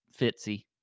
Fitzy